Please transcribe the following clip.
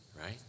right